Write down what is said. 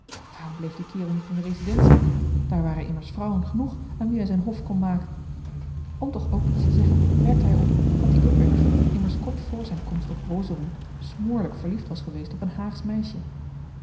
waarom bleef die kerel niet in de residentie daar waren immers vrouwen genoeg aan wie hij zijn hof kon maken om toch ook iets te zeggen merkte hij op dat die upbergen immers kort voor zijn komst op rosorum smoorlijk verliefd was geweest op een haagsch meisje